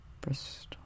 Bristol